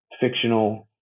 fictional